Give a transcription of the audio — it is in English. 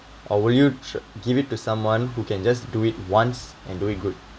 or will you give it to someone who can just do it once and do it good